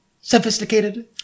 sophisticated